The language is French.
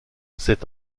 c’est